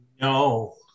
No